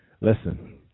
Listen